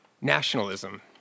nationalism